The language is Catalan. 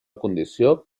condició